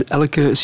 elke